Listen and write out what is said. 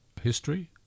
history